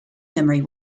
memory